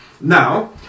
Now